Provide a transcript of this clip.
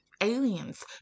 aliens